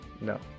No